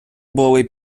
були